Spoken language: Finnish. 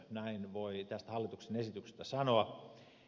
näin voi tästä hallituksen esityksestä sanoa